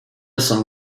saint